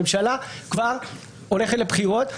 הממשלה כבר הולכת לבחירות.